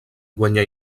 guanyà